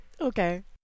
Okay